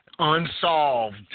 Unsolved